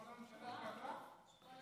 אז כל הממשלה התפטרה?